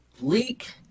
Leak